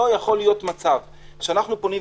לא יכול להיות מצב שאנחנו פונים,